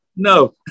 no